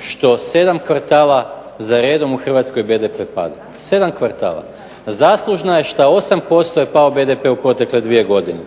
što 7 kvartala za redom u Hrvatskoj BDP pada, 7 kvartala. Zaslužna je što 8% je pao BDP u protekle dvije godine,